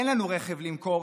אין לנו רכב למכור,